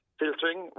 filtering